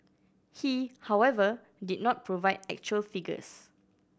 he however did not provide actual figures